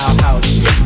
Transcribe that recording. house